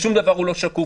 כששום דבר לא שקוף.